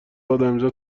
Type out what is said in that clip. ادمیزاد